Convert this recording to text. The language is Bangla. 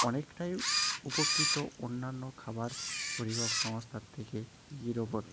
অনেকটাই উপকৃত অন্যান্য খাবার পরিবহক সংস্থার থেকে সুইগির ওপর